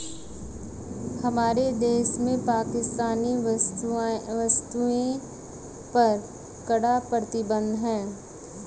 हमारे देश में पाकिस्तानी वस्तुएं पर कड़ा प्रतिबंध हैं